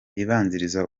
ibanziriza